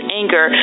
anger